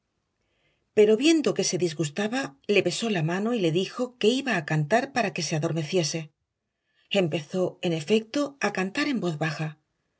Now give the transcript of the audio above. pero viendo que se disgustaba le besó la mano y le dijo que iba a cantar para que se adormeciese empezó en efecto a cantar en voz baja